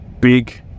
big